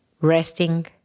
resting